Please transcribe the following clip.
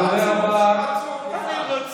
אתה באמת